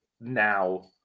Now